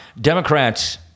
Democrats